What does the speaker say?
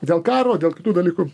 dėl karo dėl kitų dalykų